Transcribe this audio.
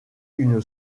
une